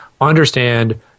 understand